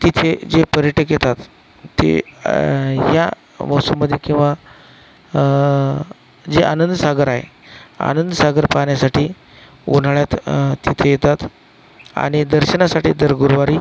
तिथे जे पर्यटक येतात ते या मौसमामध्ये किंवा जे आनंद सागर आहे आनंद सागर पाहण्यासाठी उन्हाळ्यात तिथे येतात आणि दर्शनासाठी दर गुरुवारी